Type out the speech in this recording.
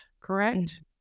correct